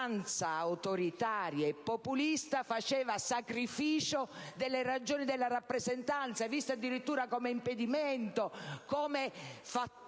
quale l'istanza autoritaria e populista faceva sacrificio delle ragioni della rappresentanza, viste addirittura come impedimento, come fattore